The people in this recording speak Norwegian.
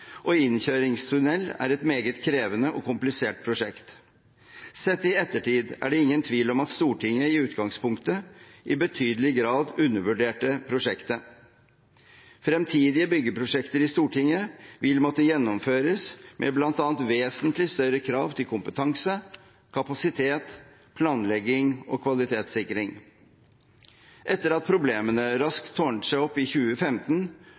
og innkjøringstunnel er et krevende og meget komplisert prosjekt. Sett i ettertid er det ingen tvil om at Stortinget i utgangspunktet i betydelig grad undervurderte prosjektet. Fremtidige byggeprosjekter i Stortinget vil måtte gjennomføres med bl.a. vesentlig større krav til kompetanse, kapasitet, planlegging og kvalitetssikring. Etter at problemene raskt tårnet seg opp i 2015,